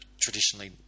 traditionally